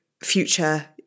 future